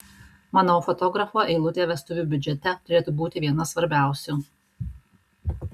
manau fotografo eilutė vestuvių biudžete turėtų būti viena svarbiausių